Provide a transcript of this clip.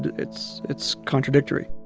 it's it's contradictory